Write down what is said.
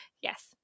yes